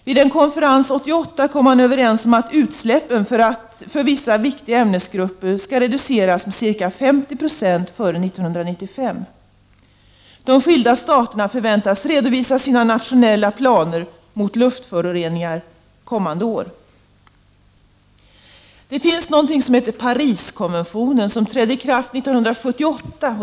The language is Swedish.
Vid en konferens 1988 kom man överens om att utsläppen för vissa viktiga ämnesgrupper skall reduceras med ca 50 96 före år 1995. De skilda staterna förväntas redovisa sina nationella planer mot luftföroreningar kommande år. Det finns också någonting som heter Pariskonventionen som trädde i kraft 1978.